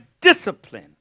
discipline